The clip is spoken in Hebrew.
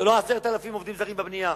זה לא 10,000 עובדים זרים בבנייה.